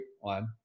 one